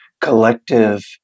collective